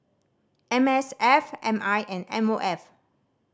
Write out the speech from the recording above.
M S F M I and M O F